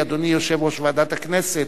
אדוני יושב-ראש ועדת הכנסת,